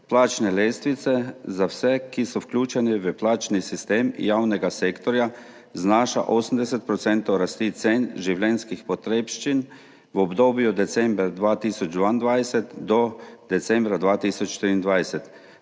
plačne lestvice za vse, ki so vključeni v plačni sistem javnega sektorja, znaša 80 odstotkov rasti cen življenjskih potrebščin v obdobju od decembra 2022 do decembra 2023.